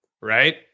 right